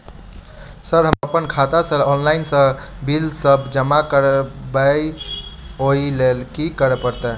Sir हम अप्पन खाता सऽ ऑनलाइन सऽ बिल सब जमा करबैई ओई लैल की करऽ परतै?